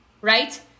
Right